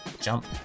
jump